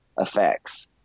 effects